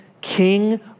king